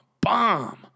Bomb